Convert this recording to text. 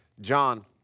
john